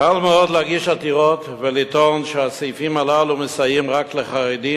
קל מאוד להגיש עתירות ולטעון שהסעיפים הללו מסייעים רק לחרדים,